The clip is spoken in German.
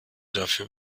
dafür